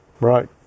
right